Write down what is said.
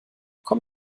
komm